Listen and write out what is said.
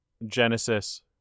genesis